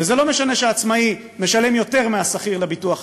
וזה לא משנה שעצמאי משלם יותר מהשכיר לביטוח הלאומי,